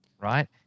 right